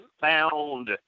found